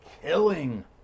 killing